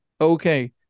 okay